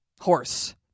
Horse